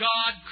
God